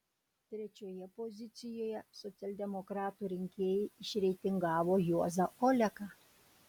trečioje pozicijoje socialdemokratų rinkėjai išreitingavo juozą oleką